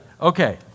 Okay